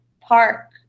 Park